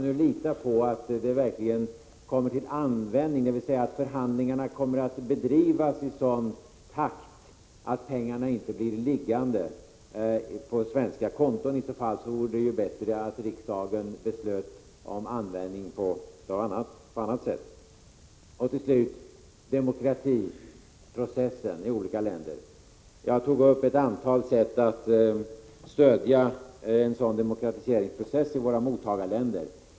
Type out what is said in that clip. Kan vi lita på att pengarna verkligen kommer till användning, dvs. att förhandlingarna bedrivs i sådan takt att pengarna inte blir liggande på svenska konton? Annars vore det bättre att riksdagen beslöt om användning på annat sätt. Till slut några ord om demokratiseringsprocessen i olika länder. Jag anvisade ett antal sätt att stödja en sådan demokratiseringsprocess i våra mottagarländer.